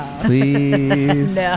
Please